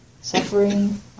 suffering